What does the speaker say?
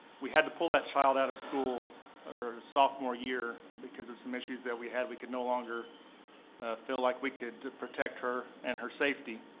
we had to pull that child out of school sophomore year because of some issues that we had. we could no longer feel like we could protect her and her safety.